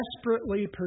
desperately